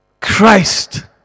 Christ